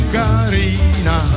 carina